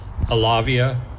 Alavia